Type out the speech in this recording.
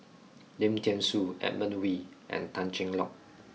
Lim Thean Soo Edmund Wee and Tan Cheng Lock